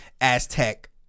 aztec